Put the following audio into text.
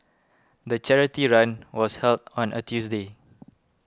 the charity run was held on a Tuesday